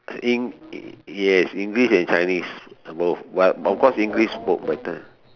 in yes English and Chinese both but but of course English work better